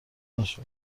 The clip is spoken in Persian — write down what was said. نشد